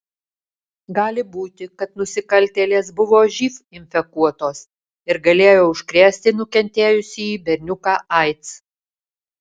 gali būti kad nusikaltėlės buvo živ infekuotos ir galėjo užkrėsti nukentėjusį berniuką aids